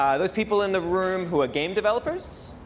those people in the room who are game developers.